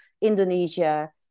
Indonesia